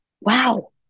Wow